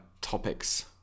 topics